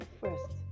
first